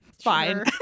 Fine